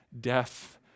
death